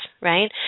Right